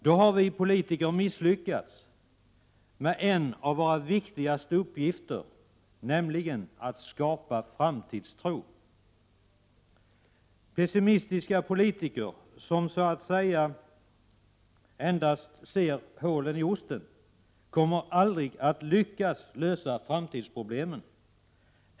Då har vi politiker misslyckats med en av våra viktigaste uppgifter, nämligen att skapa framtidstro. Pessimistiska politiker, som så att säga bara ser hålen i osten, kommer aldrig att lyckas lösa framtidsproblemen.